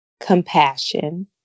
compassion